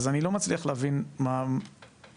אז אני לא מצליח להבין מה התוכניות.